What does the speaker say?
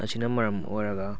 ꯑꯁꯤꯅ ꯃꯔꯝ ꯑꯣꯏꯔꯒ